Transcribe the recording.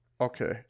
Okay